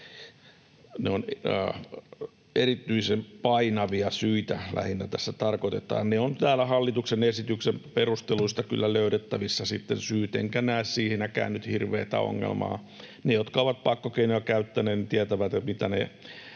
Erityisen painavia syitä tässä lähinnä tarkoitetaan. Ne syyt ovat sitten täältä hallituksen esityksen perusteluista kyllä löydettävissä, enkä näe siinäkään nyt hirveätä ongelmaa. Ne, jotka ovat pakkokeinoja käyttäneet, tietävät, mitä ne